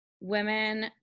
women